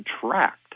contract